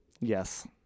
Yes